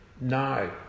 no